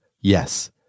Yes